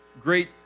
great